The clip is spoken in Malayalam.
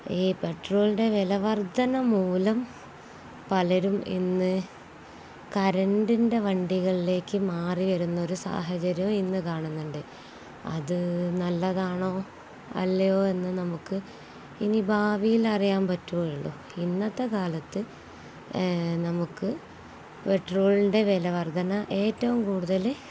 ഈ പെട്രോളിൻ്റെ വിലവർദ്ധന മൂലം പലരും ഇന്നു കറന്റിൻ്റെ വണ്ടികളിലേക്കു മാറിവരുന്നൊരു സാഹചര്യം ഇന്ന് കാണന്നുണ്ട് അതു നല്ലതാണോ അല്ലയോ എന്നു നമുക്ക് ഇനി ഭാവിയിലേ അറിയാൻ പറ്റുകയുള്ളു ഇന്നത്തെ കാലത്തു നമുക്ക് പെട്രോളിൻ്റെ വിലവർദ്ധന ഏറ്റവും കൂടുതല്